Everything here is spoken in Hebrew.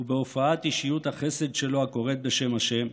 ובהופעת אישיות החסד שלו הקוראת בשם ה',